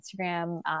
Instagram